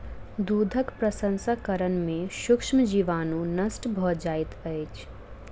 दूधक प्रसंस्करण में सूक्ष्म जीवाणु नष्ट भ जाइत अछि